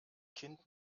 kind